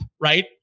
right